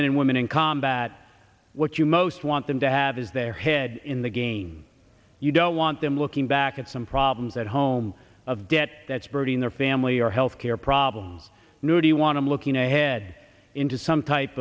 men and women in combat what you most want them to have is their head in the game you don't want them looking back at some problems at home of debt that's voting their family or health care problems new do you want to be looking ahead into some type